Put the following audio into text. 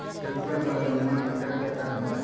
खेतिया वाला लोनमा केकरा केकरा मिलते?